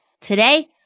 Today